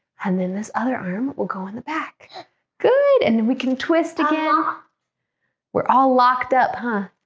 and then this other arm will go in the back good and we can twist again we're all locked up, huh?